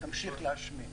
תמשיך להשמין.